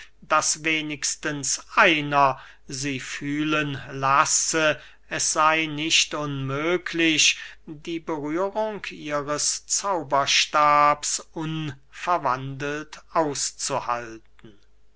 daß wenigstens einer sie fühlen lasse es sey nicht unmöglich die berührung ihres zauberstabs unverwandelt auszuhalten